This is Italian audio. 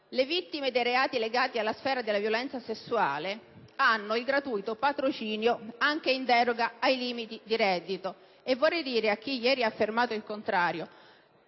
Le vittime dei reati legati alla sfera della violenza sessuale hanno il gratuito patrocinio anche in deroga ai limiti di reddito. E vorrei dire a chi ieri ha affermato il contrario